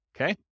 okay